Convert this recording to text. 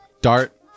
Dart